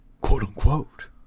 quote-unquote